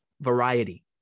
variety